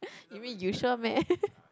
you mean you sure meh